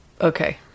Okay